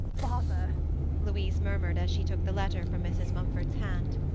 bother louise murmured, as she took the letter from mrs. mumford's hand.